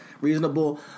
reasonable